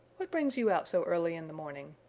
what brings you out so early in the morning?